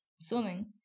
Swimming